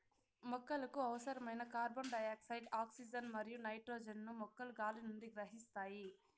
మొక్కలకు అవసరమైన carbon dioxide, oxygen మరియు నైట్రోజన్ ను మొక్కలు గాలి నుండి గ్రహిస్తాయి